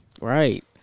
Right